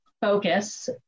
focus